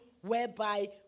whereby